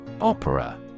Opera